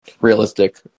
realistic